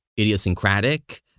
idiosyncratic